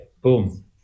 boom